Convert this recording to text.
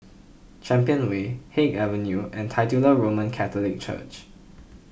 Champion Way Haig Avenue and Titular Roman Catholic Church